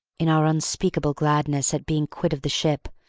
in our unspeakable gladness at being quit of the ship,